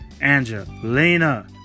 Angelina